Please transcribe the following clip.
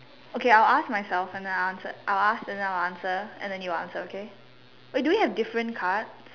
okay I will ask myself and then I will I ask then I answer and then you answer okay wait do we have different cards